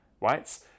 right